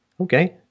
Okay